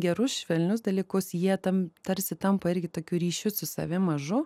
gerus švelnius dalykus jie tam tarsi tampa irgi tokiu ryšiu su savim mažu